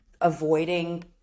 avoiding